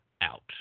out